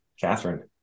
Catherine